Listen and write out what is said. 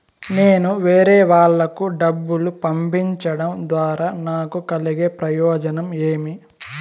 నేను వేరేవాళ్లకు డబ్బులు పంపించడం ద్వారా నాకు కలిగే ప్రయోజనం ఏమి?